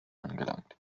angelangt